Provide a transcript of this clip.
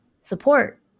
support